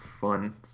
fun